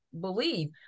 believe